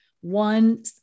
one